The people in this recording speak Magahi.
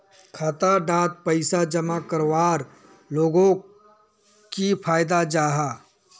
खाता डात पैसा जमा करवार लोगोक की फायदा जाहा?